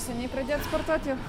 seniai pradėjot sportuot jau